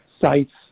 sites